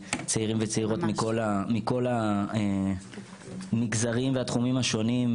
צעירים וצעירות מכל המגזרים והתחומים השונים,